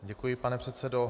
Děkuji, pane předsedo.